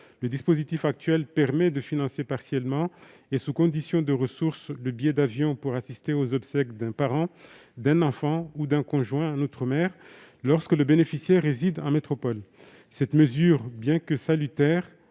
Le dispositif actuel permet de financer partiellement, et sous conditions de ressources, le billet d'avion pour assister aux obsèques d'un parent, d'un enfant ou d'un conjoint en outre-mer, lorsque le bénéficiaire réside en métropole. Cette mesure, bien qu'elle soit salutaire,